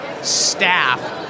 staff